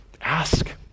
Ask